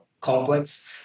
complex